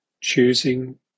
choosing